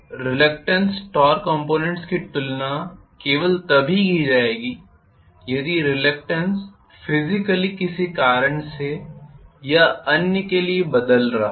तो reluctance torque components की कल्पना केवल तभी की जाएगी यदि रिलक्टेन्स फिज़िकली किसी कारण से या अन्य के लिए बदल रहा है